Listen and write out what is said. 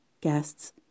guests